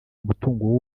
umutungo